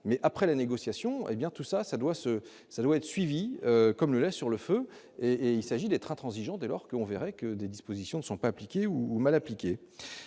mais après les négociations, hé bien tout ça, ça doit se ça doit être suivie comme le lait sur le feu et il s'agit d'être intransigeant dès lors que on verrait que des dispositions ne sont pas appliquées ou mal appliquée